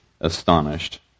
astonished